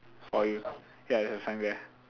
for you ya there's a sign there